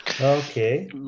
Okay